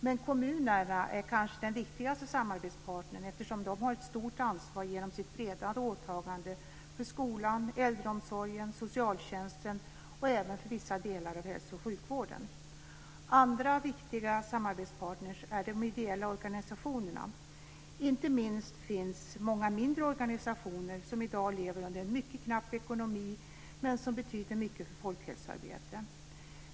Men kommunerna är kanske den viktigaste samarbetspartnern, eftersom de har ett stort ansvar genom sitt breda åtagande för skolan, äldreomsorgen, socialtjänsten och även vissa delar av hälso och sjukvården. Andra viktiga samarbetspartner är de ideella organisationerna. Inte minst finns många mindre organisationer som i dag lever under en mycket knapp ekonomi men som betyder mycket för folkhälsoarbetet.